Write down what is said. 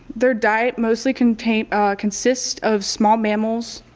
their diet mostly contains consists of small mammals,